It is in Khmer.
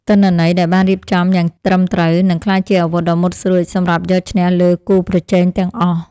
ទិន្នន័យដែលបានរៀបចំយ៉ាងត្រឹមត្រូវនឹងក្លាយជាអាវុធដ៏មុតស្រួចសម្រាប់យកឈ្នះលើគូប្រជែងទាំងអស់។